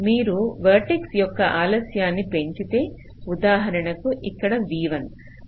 మీరు వెర్టెక్ష్ యొక్క ఆలస్యాన్ని పెంచితే ఉదాహరణకు ఇక్కడ V1